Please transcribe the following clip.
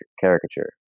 caricature